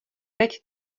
teď